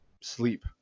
sleep